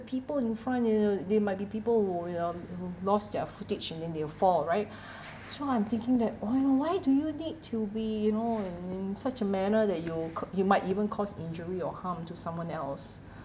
people in front you know they might be people who you know l~ lost their footage and then they'll fall right so I'm thinking that why oh why do you need to be you know in such a manner that you c~ you might even cause injury or harm to someone else